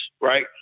right